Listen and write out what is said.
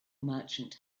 merchant